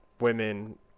women